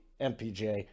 MPJ